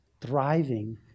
thriving